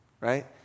Right